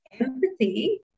empathy